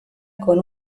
con